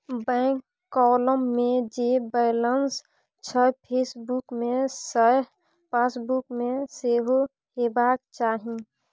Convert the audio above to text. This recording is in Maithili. बैंक काँलम मे जे बैलंंस छै केसबुक मे सैह पासबुक मे सेहो हेबाक चाही